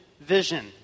vision